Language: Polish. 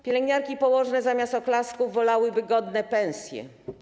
Pielęgniarki i położne zamiast oklasków wolałyby godne pensje.